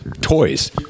Toys